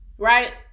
Right